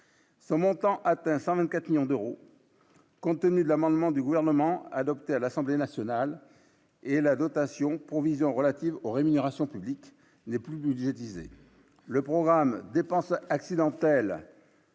ce montant atteint 100 même 4 millions d'euros, compte tenu de l'amendement du gouvernement adopté à l'Assemblée nationale et la dotation de provisions relatives aux rémunérations publiques n'est plus le programme dépenses accidentelles.